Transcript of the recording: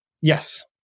Yes